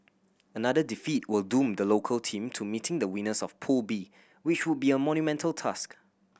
another defeat will doom the local team to meeting the winners of Pool B which would be a monumental task